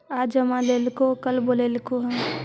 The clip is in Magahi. आज जमा लेलको कल बोलैलको हे?